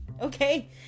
Okay